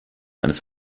eines